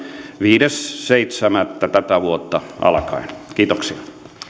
viides seitsemättä kaksituhattaseitsemäntoista alkaen kiitoksia